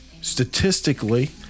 statistically